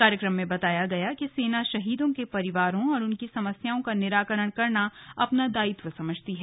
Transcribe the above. कार्यक्रम में बताया गया कि सेना शहीदों के परिवारों और उनकी समस्याओं का निराकरण करना अपना दायित्व समझती है